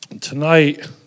tonight